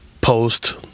post